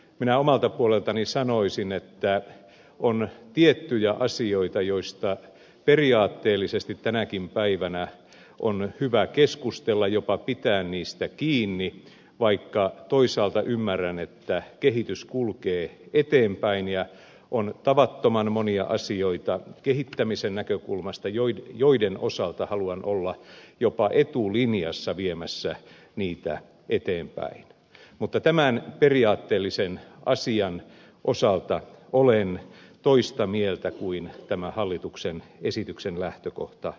minä omalta puoleltani sanoisin että on tiettyjä asioita joista periaatteellisesti tänäkin päivänä on hyvä keskustella jopa pitää niistä kiinni vaikka toisaalta ymmärrän että kehitys kulkee eteenpäin ja on tavattoman monia asioita kehittämisen näkökulmasta joiden osalta haluan olla jopa etulinjassa viemässä niitä eteenpäin mutta tämän periaatteellisen asian osalta olen toista mieltä kuin tämä hallituksen esityksen lähtökohta on